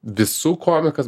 visų komikas